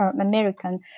American